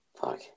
fuck